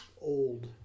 old